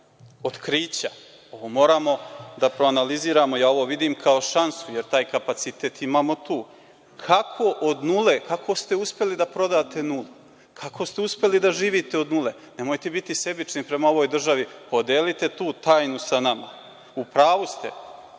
otkrića. Ovo moramo da proanaliziramo. Ja ovo vidim kao šansu, jer taj kapacitet imamo tu. Kako ste uspeli da prodate nulu? Kako ste uspeli da živite od nule? Nemojte biti sebični prema ovoj državi. Podelite tu tajnu sa nama. U pravu ste,